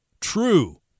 True